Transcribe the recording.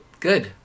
good